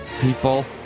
people